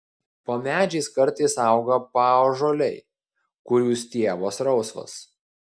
po medžiais kartais auga paąžuoliai kurių stiebas rausvas